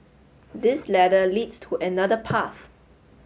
this ladder leads to another path